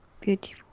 Beautiful